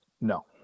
No